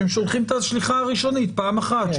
שהם שולחים את השליחה הראשונית פעם אחת,